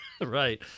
Right